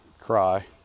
cry